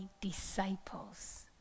disciples